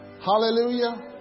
Hallelujah